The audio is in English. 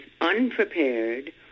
unprepared